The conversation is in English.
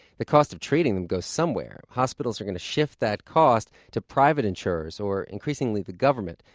the cost of treating them goes somewhere. hospitals are going to shift that cost to private insurers or increasingly the government,